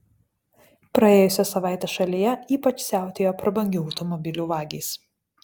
praėjusią savaitę šalyje ypač siautėjo prabangių automobilių vagys